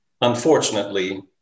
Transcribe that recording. Unfortunately